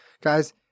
Guys